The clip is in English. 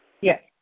Yes